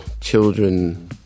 children